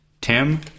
Tim